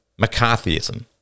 McCarthyism